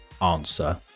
answer